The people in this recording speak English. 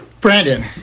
Brandon